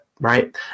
Right